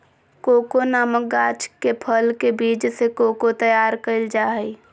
cocoa नामक गाछ के फल के बीज से कोको तैयार कइल जा हइ